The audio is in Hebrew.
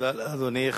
תודה לאדוני.